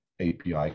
API